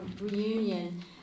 reunion